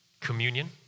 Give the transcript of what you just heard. communion